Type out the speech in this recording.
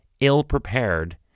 ill-prepared